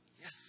Yes